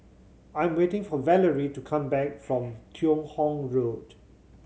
I'm waiting for Valerie to come back from Teo Hong Road